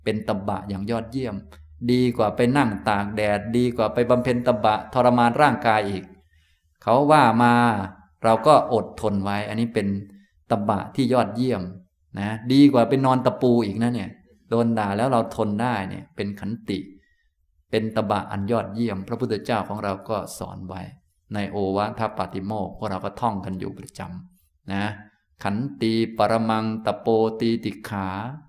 เป็นตบะอย่างยอดเยี่ยม ดีกว่าไปนั่งตากแดด ดีกว่าไปบำเพ็ญตบะทรมานร่างกายอีก เขาว่ามาเราก็อดทนไว้ อันนี้เป็นตบะที่ยอดเยี่ยมนะ ดีกว่าไปนอนตะปูอีกนะเนี่ย โดนด่าแล้วเราทนได้เนี่ย เป็นขันติ เป็นตบะอันยอดเยี่ยม พระพุทธเจ้าของเราก็สอนไว้ในโอวาทปาติโมกข์ พวกเราก็ท่องกันอยู่ประจำนะ ขันติปรมังตะโปตีติขา